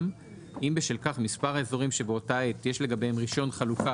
אם בשל כך מספר האזורים שבאותה העת יש לגביהם רישיון חלוקה